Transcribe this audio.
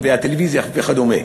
הטלוויזיה וכדומה.